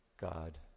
God